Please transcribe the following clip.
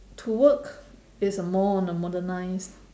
to work is more on the modernised